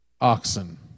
oxen